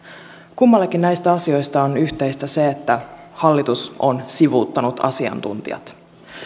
kummallekin näistä asioista on yhteistä se että hallitus on sivuuttanut asiantuntijat